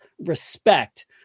respect